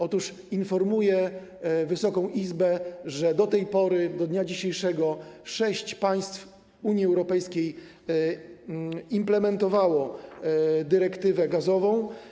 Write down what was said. Otóż informuję Wysoką Izbę, że do tej pory, do dnia dzisiejszego sześć państw Unii Europejskiej implementowało dyrektywę gazową.